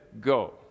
go